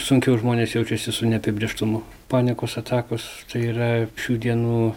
sunkiau žmonės jaučiasi su neapibrėžtumu panikos atakos tai yra šių dienų